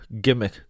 gimmick